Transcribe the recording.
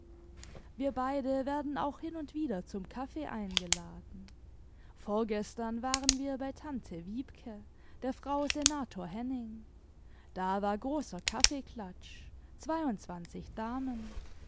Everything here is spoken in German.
wir beide werden auch hin und wieder zum kaffee eingeladen vorgestern waren wir bei tante wiebke der frau senator henning dawar großer kaffeeklatsch zweiundzwanzig damen